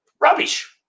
Rubbish